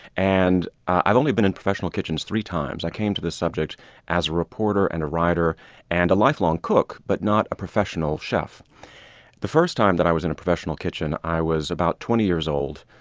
and i've only been in professional kitchens three times. i came to the subject as a reporter, and a writer and a lifelong cook, but not as a professional chef the first time that i was in a professional kitchen, i was about twenty years old.